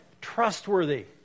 trustworthy